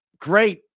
Great